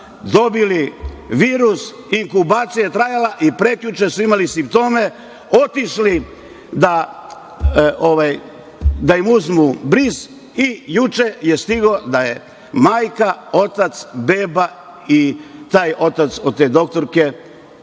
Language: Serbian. dobili virus, inkubacija je trajala, i prekjuče su imali simptome, otišli da im uzmu bris i juče je stigao da je majka, otac, beba i taj otac od doktorke